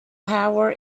power